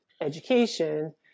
education